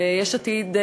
ביש עתיד,